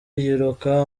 yiruka